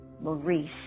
Maurice